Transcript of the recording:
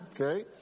Okay